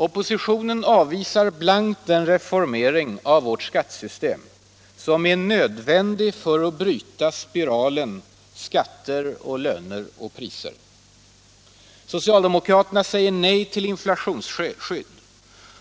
Oppositionen avvisar blankt den reformering av vårt skattesystem som är nödvändig för att bryta spiralen skatter-löner-priser. Socialdemokraterna säger nej till inflationsskydd